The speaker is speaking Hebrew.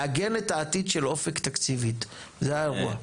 לעגן את העתיד של אופק תקציבית, זה האירוע.